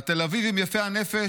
לתל אביבים יפי הנפש,